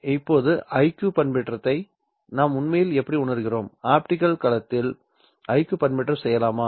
இப்போது IQ பண்பேற்றத்தை நாம் உண்மையில் எப்படி உணருகிறோம் ஆப்டிகல் களத்தில் IQ பண்பேற்றம் செய்யலாமா